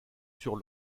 sur